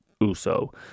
Uso